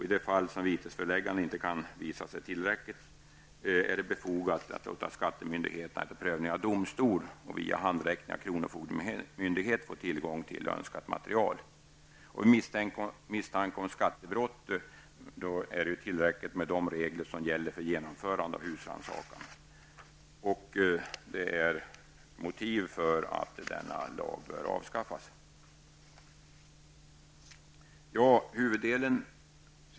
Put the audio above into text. I de fall som vitesföreläggande inte visar sig vara tillräckligt är det befogat att låta skattemyndigheterna ta till prövning i domstol och via handräckning av kronofogdemyndighet få tillgång till önskat material. Vid misstanke om skattebrott räcker det med de regler som gäller för genomförande av husrannsakan. Detta är motiv för att denna lag bör avskaffas.